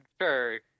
sure